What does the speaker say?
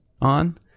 on